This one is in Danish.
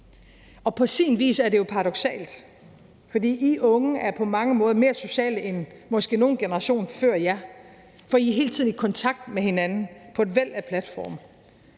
På sin vis er det jo paradoksalt, for I unge er på mange måder mere sociale end måske nogen generation før jer. I er hele tiden i kontakt med hinanden på et væld af platforme.